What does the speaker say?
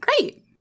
great